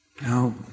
Now